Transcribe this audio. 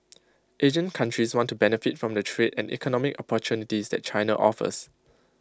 Asian countries want to benefit from the trade and economic opportunities that China offers